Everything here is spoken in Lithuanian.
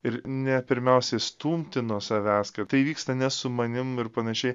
ir ne pirmiausiai stumti nuo savęs kad tai vyksta ne su manim ir panašiai